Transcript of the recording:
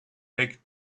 back